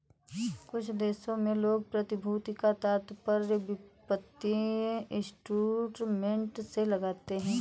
कुछ देशों में लोग प्रतिभूति का तात्पर्य वित्तीय इंस्ट्रूमेंट से लगाते हैं